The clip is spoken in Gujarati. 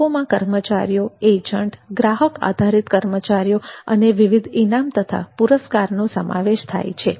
લોકોમાં કર્મચારીઓ એજન્ટ ગ્રાહક આધારિત કર્મચારીઓ અને વિવિધ ઇનામ તથા પુરસ્કારનો સમાવેશ થાય છે